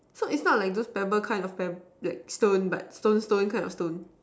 so it's not like those pebble kind of pebb~ stone but stone kind of stone stone